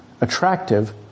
attractive